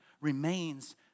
remains